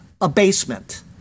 abasement